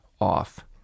off